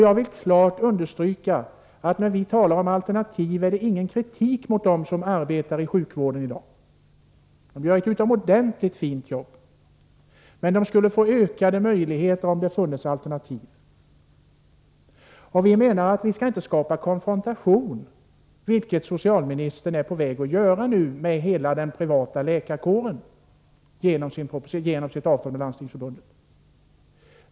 Jag vill klart understryka att när vi talar om alternativ är det ingen kritik mot dem som arbetar inom sjukvården i dag. De gör ett utomordentligt fint jobb, men de skulle få ökade möjligheter om det funnes alternativ. Vi menar att man inte skall skapa konfrontation, vilket socialministern nu är på väg att göra med hela den privata läkarkåren genom sitt avtal med Landstingsförbundet.